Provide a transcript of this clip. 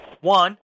one